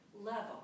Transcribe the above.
level